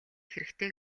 хэрэгтэй